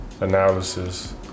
analysis